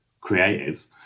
creative